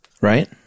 right